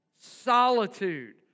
Solitude